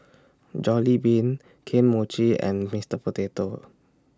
Jollibean Kane Mochi and Mister Potato